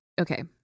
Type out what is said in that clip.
Okay